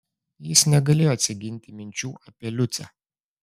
jis negalėjo atsiginti minčių apie liucę